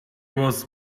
was